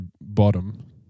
bottom